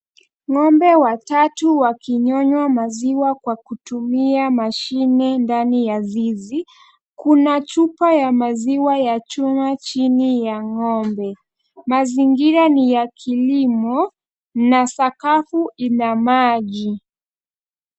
Ng'ombe watatu wakinyonywa maziwa kwa kutumia mashine ndani ya zizi. Kuna chupa ya maziwa ya chuma chini ya ng'ombe na zingine ni ya kilimo na sakafu ina maji.